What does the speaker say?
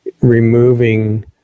Removing